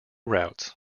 routes